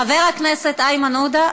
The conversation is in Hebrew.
חבר הכנסת איימן עודה,